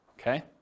Okay